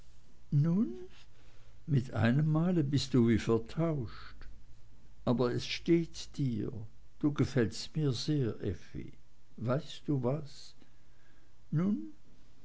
mit einemmal bist du wie vertauscht aber es steht dir du gefällst mir sehr effi weißt du was nun